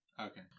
Okay